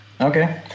okay